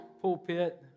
pulpit